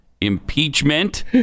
impeachment